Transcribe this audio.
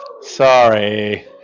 Sorry